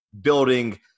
building